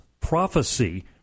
prophecy